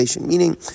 meaning